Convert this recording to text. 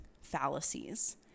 fallacies